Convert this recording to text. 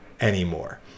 anymore